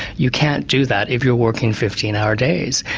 you can't do that if you're working fifteen hour days.